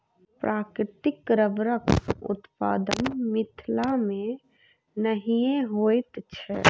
प्राकृतिक रबड़क उत्पादन मिथिला मे नहिये होइत छै